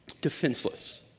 defenseless